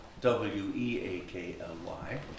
w-e-a-k-l-y